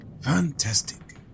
fantastic